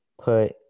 put